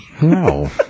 No